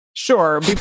Sure